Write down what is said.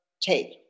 take